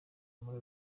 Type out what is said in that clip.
muri